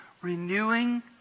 renewing